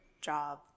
job